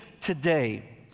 today